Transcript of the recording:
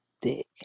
dick